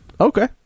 Okay